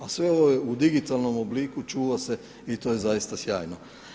A sve ovo u digitalnom obliku čuva se i to je zaista sjajno.